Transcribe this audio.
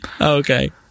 Okay